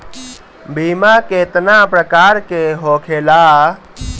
बीमा केतना प्रकार के होखे ला?